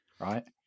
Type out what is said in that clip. right